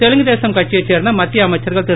தெலுங்கு தேசம் கட்சியைச் சேர்ந்த மத்திய அமைச்சர்கள் திரு